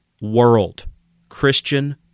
world—Christian